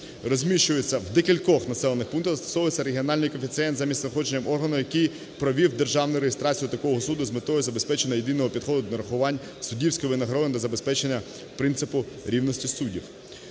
розміщується в декількох населених пунктах, застосовується регіональний коефіцієнт за місцем знаходження органу, який провів державну реєстрацію такого суду, з метою забезпечення єдиного підходу нарахувань суддівської винагороди та забезпечення принципу рівності суддів.